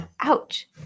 Ouch